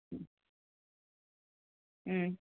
ம் ம்